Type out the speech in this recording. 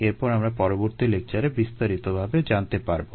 এরপর আমরা পরবর্তী লেকচারে বিস্তারিতভাবে জানতে পারবো